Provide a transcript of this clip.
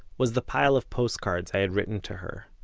was the pile of postcards i had written to her.